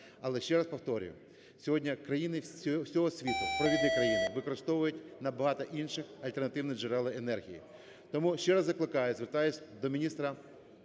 Але, ще раз повторюю, сьогодні країни всього світу, провідні країни використовують багато інших, альтернативних джерел енергії. Тому ще раз закликаю, звертаюся до міністра